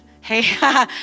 hey